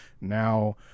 now